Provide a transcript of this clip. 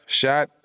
shot